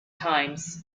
times